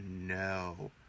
no